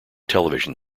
television